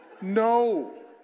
No